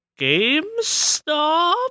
GameStop